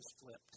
flipped